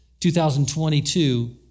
2022